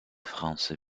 france